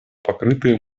покрытое